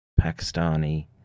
Pakistani